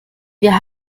wir